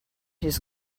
his